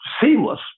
seamless